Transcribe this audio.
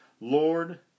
Lord